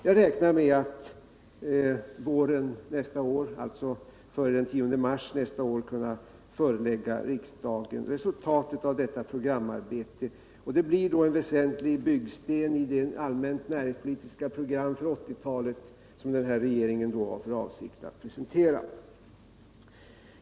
Jag räknar med att före den 10 mars nästa år kunna förelägga riksdagen resultatet av detta programarbete, och det blir en väsentlig byggsten i det allmänna näringspolitiska program för 1980 talet som den här regeringen då har för avsikt att presentera.